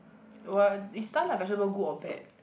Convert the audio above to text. well is stun like vegetable good or bad